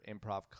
improv